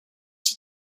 die